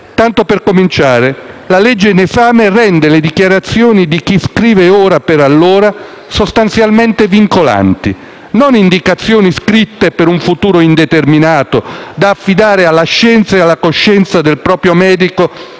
Tanto per cominciare, la legge in esame rende le dichiarazioni di chi scrive ora per allora sostanzialmente vincolanti. Non si tratta di indicazioni scritte per un futuro indeterminato, da affidare alla scienza e alla coscienza del proprio medico